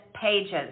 pages